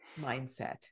mindset